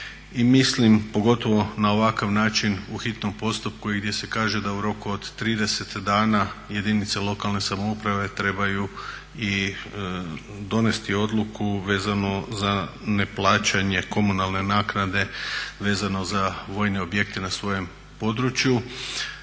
mislim pogotovo na ovakav način u hitnom postupku i gdje se kaže da u roku od 30 dana jedinice lokalne samouprave trebaju i donijeti odluku vezano za neplaćanje komunalne naknade vezano za vojne objekte na svojem području